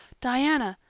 diana,